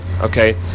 okay